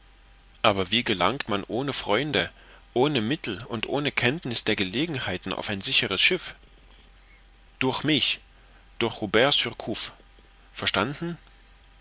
aber wie gelangt man ohne freunde ohne mittel und ohne kenntniß der gelegenheiten auf ein sicheres schiff durch mich durch robert surcouf verstanden